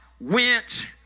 went